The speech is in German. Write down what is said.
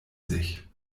sich